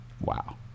Wow